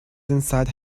inside